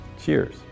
Cheers